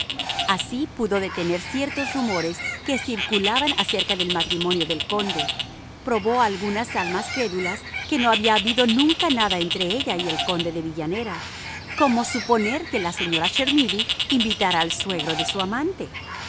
así pudo detener ciertos rumores que circulaban acerca del matrimonio del conde probó a algunas almas crédulas que no había habido nunca nada entre ella y el conde de villanera cómo suponer que la señora chermidy invitara al suegro de su amante